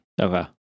Okay